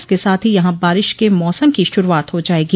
इसके साथ ही यहां बारिश के मौसम की शुरूआत हो जायेगी